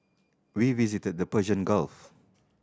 we visited the Persian Gulf